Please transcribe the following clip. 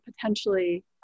potentially